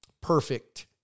perfect